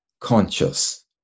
conscious